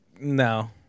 No